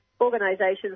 organisations